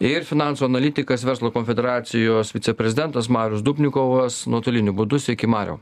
ir finansų analitikas verslo konfederacijos viceprezidentas marius dubnikovas nuotoliniu būdu sveiki mariau